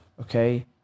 okay